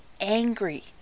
angry